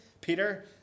Peter